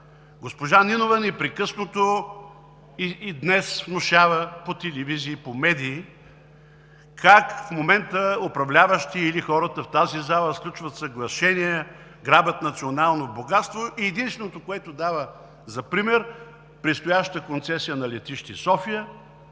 Госпожа Нинова непрекъснато, и днес внушава по телевизии, по медии как в момента управляващи, или хората в тази зала, сключват съглашения, грабят национално богатство. Единственото, което дава за пример, е предстоящата концесия на летище София.